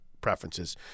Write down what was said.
preferences